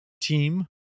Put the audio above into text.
team